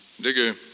Digger